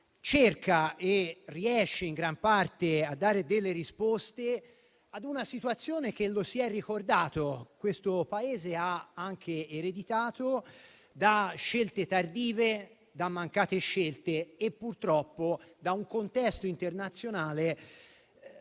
cerca e riesce in gran parte a dare delle risposte a una situazione che - lo si è ricordato - questo Paese ha anche ereditato e che è causata da scelte tardive, da mancate scelte e purtroppo da un contesto internazionale